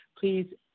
please